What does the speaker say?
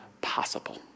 possible